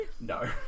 No